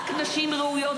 רק נשים ראויות,